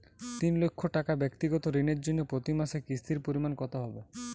তিন লক্ষ টাকা ব্যাক্তিগত ঋণের জন্য প্রতি মাসে কিস্তির পরিমাণ কত হবে?